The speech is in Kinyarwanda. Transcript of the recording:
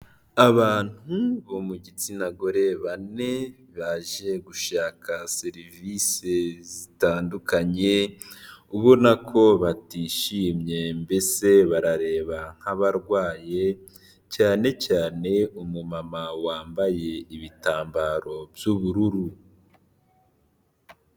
Abantu bo mu gitsina gore bane baje gushaka serivisi zitandukanye, ubona ko batishimye mbese barareba nk'abarwaye, cyane cyane umumama wambaye ibitambaro by'ubururu.